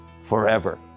forever